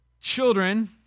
children